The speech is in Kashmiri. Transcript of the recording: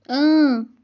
اۭں